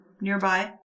nearby